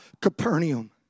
Capernaum